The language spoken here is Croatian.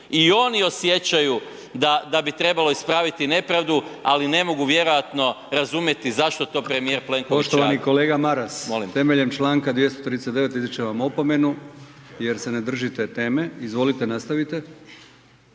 i oni osjećaju da bi trebalo ispraviti nepravdu ali ne mogu vjerovatno razumjeti zašto to premijer Plenković